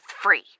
free